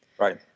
Right